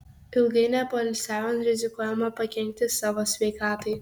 ilgai nepoilsiaujant rizikuojama pakenkti savo sveikatai